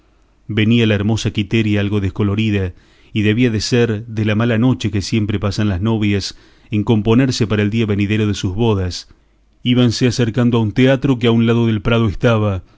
venía la hermosa quiteria algo descolorida y debía de ser de la mala noche que siempre pasan las novias en componerse para el día venidero de sus bodas íbanse acercando a un teatro que a un lado del prado estaba